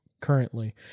currently